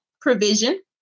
provision